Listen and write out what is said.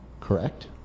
Correct